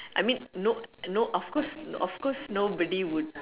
I mean no no of course of course nobody would